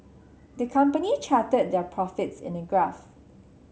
the company charted their profits in a graph